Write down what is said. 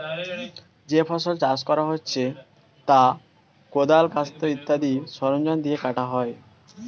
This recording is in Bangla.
যে ফসল চাষ করা হচ্ছে তা কোদাল, কাস্তে ইত্যাদি সরঞ্জাম দিয়ে কাটা হয়